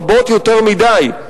רבות יותר מדי,